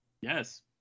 Yes